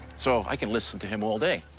so i can listen to him all day.